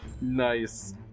Nice